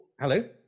hello